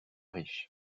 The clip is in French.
riche